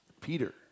Peter